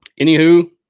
anywho